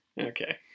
Okay